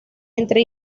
entre